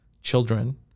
children